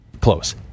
Close